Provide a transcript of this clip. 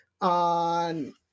on